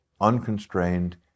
unconstrained